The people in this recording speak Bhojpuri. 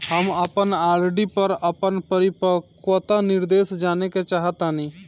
हम अपन आर.डी पर अपन परिपक्वता निर्देश जानेके चाहतानी